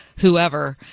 whoever